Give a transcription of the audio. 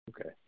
Okay